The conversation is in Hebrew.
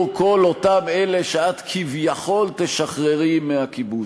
כל אותם אלה שאת כביכול תשחררי מהכיבוש.